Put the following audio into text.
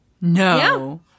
No